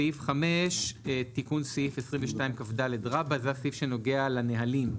סעיף 5 זה סעיף כד רבה נוגע לנהלים,